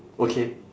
okay